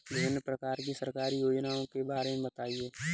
विभिन्न प्रकार की सरकारी योजनाओं के बारे में बताइए?